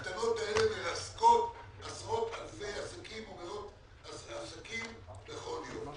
הקטנות האלה מרסקות עשרות אלפי עסקים בכל יום.